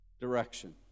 direction